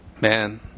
Man